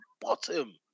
bottom